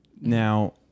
now